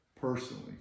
personally